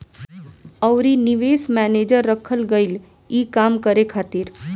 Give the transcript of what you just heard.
अउरी निवेश मैनेजर रखल गईल ई काम करे खातिर